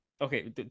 Okay